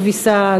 כביסה,